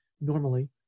normally